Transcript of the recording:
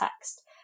text